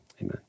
Amen